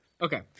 Okay